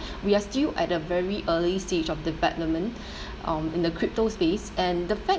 we are still at a very early stage of development um in the crypto space and the fact